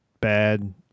bad